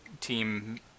team